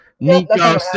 Nico